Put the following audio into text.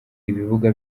ibibuga